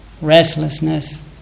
restlessness